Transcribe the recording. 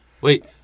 Wait